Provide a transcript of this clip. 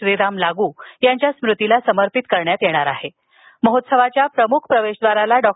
श्रीराम लागू यांच्या स्मृतीस समर्पित करण्यात येणार असून महोत्सवाच्या प्रमुख प्रवेशद्वारास डॉ